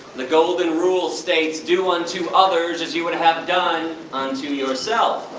the golden rule states do unto others as you would have done unto yourself